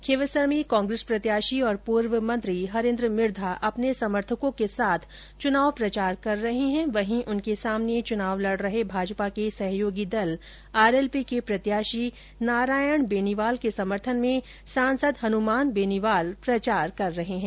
खींवसर में कांग्रेस प्रत्याशी और पूर्व मंत्री हरेन्द्र मिर्धा अपने समर्थकों के साथ चुनाव प्रचार कर रहे है वहीं उनके सामने चुनाव लड़ रहे भाजपा के सहयोगी दल के प्रत्याशी नारायण बेनीवाल के समर्थन मे सांसद हनुमान बेनीवाल े प्रचार कर रहे हैं